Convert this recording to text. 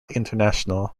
international